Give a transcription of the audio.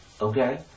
Okay